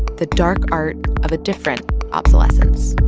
the dark art of a different obsolescence